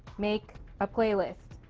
make a play list.